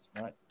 right